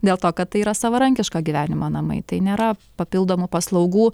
dėl to kad tai yra savarankiško gyvenimo namai tai nėra papildomų paslaugų